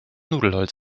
nudelholz